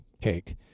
cake